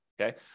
okay